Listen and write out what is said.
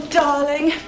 darling